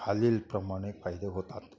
खालीलप्रमाणे फायदे होतात